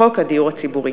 חוק הדיור הציבורי.